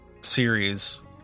series